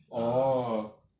ah